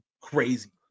crazy